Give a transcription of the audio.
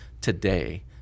today